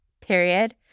period